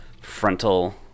frontal